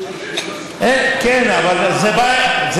כן, אבל זו בעיה.